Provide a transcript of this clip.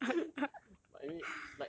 but I mean like